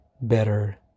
better